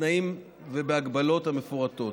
בתנאים ובהגבלות המפורטות,